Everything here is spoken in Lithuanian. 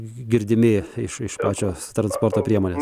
girdimi iš iš pačios transporto priemonės